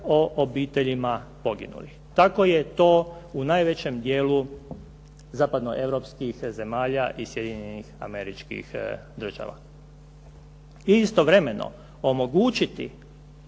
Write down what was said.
o obiteljima poginulih. Tako je to u najvećem dijelu zapadnoeuropskih zemalja i Sjedinjenih Američkih Država. I istovremeno omogućiti